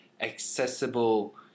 accessible